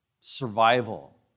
survival